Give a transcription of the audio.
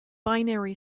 binary